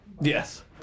Yes